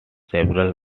several